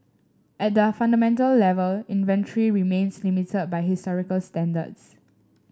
at the fundamental level inventory remains limited by historical standards